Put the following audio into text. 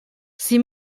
sie